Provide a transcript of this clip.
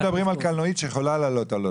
מדברים על קלנועית שיכולה לעלות על אוטובוס.